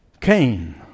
Cain